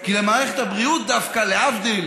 כי למערכת הבריאות דווקא, להבדיל